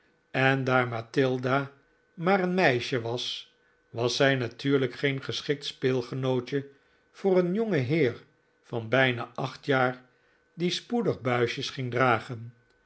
en daar matilda maar een meisje was was zij natuurlijk geen geschikt speelgenootje voor een jongen heer van bijna acht jaar die spoedig buisjes ging dragen